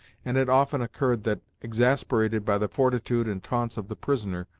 and it often occurred that, exasperated by the fortitude and taunts of the prisoner,